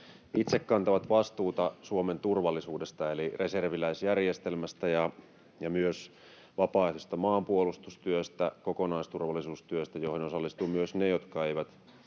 itse kantavat vastuuta Suomen turvallisuudesta eli reserviläisjärjestelmästä ja myös vapaaehtoisesta maanpuolustustyöstä, kokonaisturvallisuustyöstä, johon osallistuvat myös ne, jotka eivät